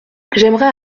j’aimerais